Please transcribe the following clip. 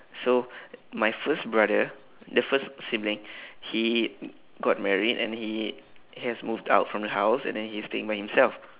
so my first brother the first sibling he got married and he has moved out from the house and then he is staying by himself